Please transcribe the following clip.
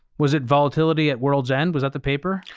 was it volatility at world's end? was that the paper?